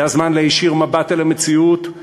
זה הזמן להישיר מבט אל המציאות,